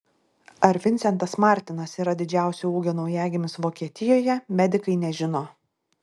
ar vincentas martinas yra didžiausio ūgio naujagimis vokietijoje medikai nežino